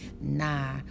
Nah